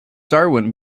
darwin